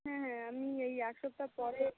হ্যাঁ হ্যাঁ আমি এই এক সপ্তাহ পরে